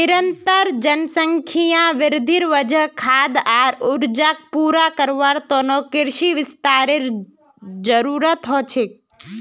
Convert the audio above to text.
निरंतर जनसंख्या वृद्धिर वजह खाद्य आर ऊर्जाक पूरा करवार त न कृषि विस्तारेर जरूरत ह छेक